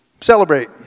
celebrate